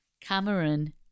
Cameron